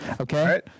Okay